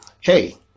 hey